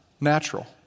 natural